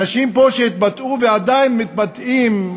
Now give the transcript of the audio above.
אנשים פה שהתבטאו, ועדיין מתבטאים,